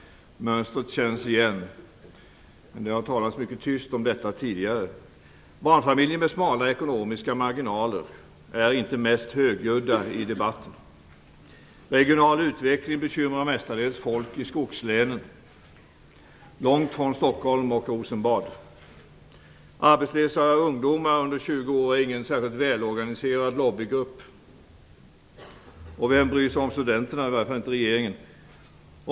Mönstret känns igen. Men det har talats mycket tyst om detta tidigare. Barnfamiljer med smala ekonomiska marginaler är inte mest högljudda i debatten. Regional utveckling bekymrar mestadels folk i skogslänen, långt från Stockholm och Rosenbad. Arbetslösa ungdomar under 20 år är ingen särskilt välorganiserad lobbygrupp. Och vem bryr sig om studenterna? Det gör i alla fall inte regeringen.